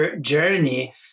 journey